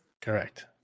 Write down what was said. Correct